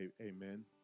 amen